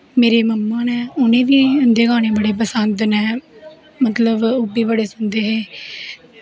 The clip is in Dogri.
मेरे मम्मा नै उनें बी इंदे गानें बड़े पसंद नै मतलव ओह् बी बड़े सुनदे हे